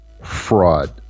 fraud